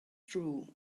true